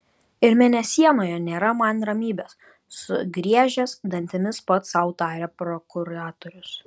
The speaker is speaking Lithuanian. ir mėnesienoje nėra man ramybės sugriežęs dantimis pats sau tarė prokuratorius